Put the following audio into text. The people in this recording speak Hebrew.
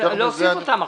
אז צריך להוסיף אותם עכשיו.